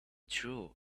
true